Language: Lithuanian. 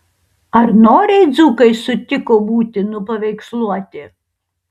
ar noriai dzūkai sutiko būti nupaveiksluoti